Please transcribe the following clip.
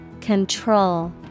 Control